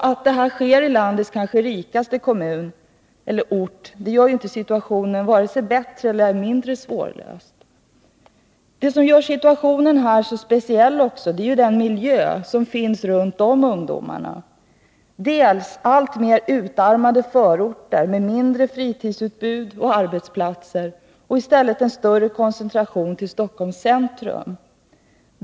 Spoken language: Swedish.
Att detta sker på landets kanske rikaste ort gör vare sig situationen bättre eller problemen mindre svårlösta. Det som gör situationen här så speciell är den miljö som finns runt om ungdomarna: dels alltmer utarmade förorter med ett mindre fritidsutbud och färre arbetsplatser, dels en större koncentration till Stockholms centrum.